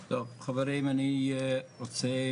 חברים, אני רוצה